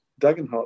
Dagenhart